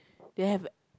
they have